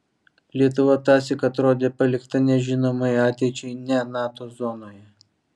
lietuva tąsyk atrodė palikta nežinomai ateičiai ne nato zonoje